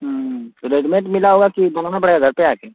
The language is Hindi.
हाँ रेडिमेट मिला होगा कि बनाना पड़ेगा घर पर आके